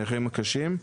הנכים הקשים,